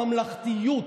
הממלכתיות,